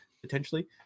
potentially